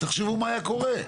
תחשבו מה היה קורה,